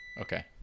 Okay